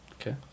Okay